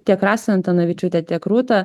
tiek rasą antanavičiūtę tiek rūtą